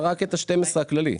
היה רק את ה-12 מיליון הכללי.